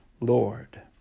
Lord